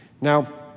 Now